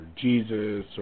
Jesus